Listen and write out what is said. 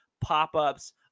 pop-ups